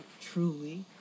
truly